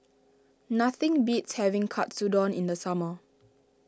nothing beats having Katsudon in the summer